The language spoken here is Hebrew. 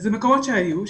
אלה מקומות שהיו,